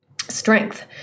strength